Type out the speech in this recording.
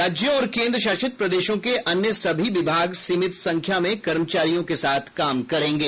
राज्यों और केंद्र शासित प्रदेशों के अन्य सभी विभाग सीमित संख्या में कर्मचारियों के साथ काम करेंगे